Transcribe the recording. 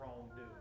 wrongdoing